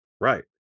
right